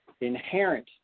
inherent